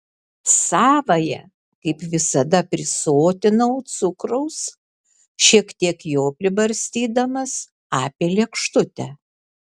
savąją kaip visada prisotinau cukraus šiek tiek jo pribarstydamas apie lėkštutę